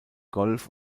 golf